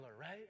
right